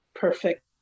perfect